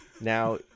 Now